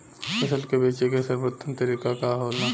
फसल के बेचे के सर्वोत्तम तरीका का होला?